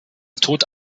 tod